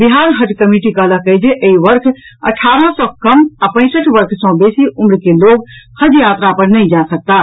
बिहार हज कमिटी कहलक अछि जे एहि वर्ष अठारह सँ कम आ पैंसठि वर्ष सँ बेसी उम्र के लोक हज यात्रा पर नहि जा सकताह